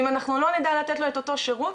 ואם אנחנו לא נדע לתת לו את אותו שירות,